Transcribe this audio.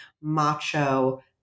macho